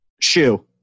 Shoe